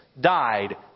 died